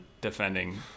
defending